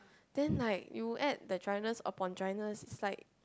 then like you add the dryness upon dryness sides